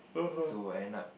so I end up